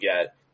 get